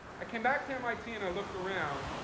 i came back to mit, and i looked around.